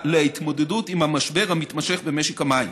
להתמודדות עם המשבר המתמשך במשק המים.